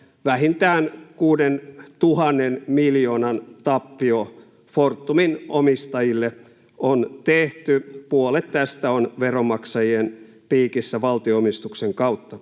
vähintään 6 000:n miljoonan tappio Fortumin omistajille on tehty. Puolet tästä on veronmaksajien piikissä valtio-omistuksen kautta.